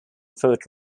fort